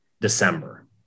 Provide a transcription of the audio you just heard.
December